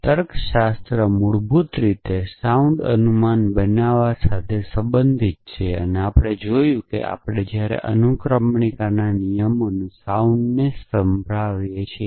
તર્કશાસ્ત્ર મૂળભૂત રીતે સાઉન્ડ અનુમતિ બનાવવા સાથે સંબંધિત છે અને આપણે જોયું છે કે આપણે જ્યારે અનુક્રમણિકાના નિયમનો અવાજ સંભળાવીએ છીએ